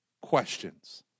questions